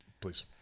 Please